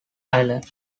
ireland